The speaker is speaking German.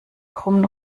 krummen